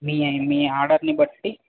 మీ మీ ఆర్డర్ని బట్టి